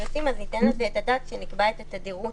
ניתן לזה את הדעת שנקבע את התדירות,